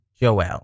Joel